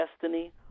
destiny